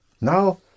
now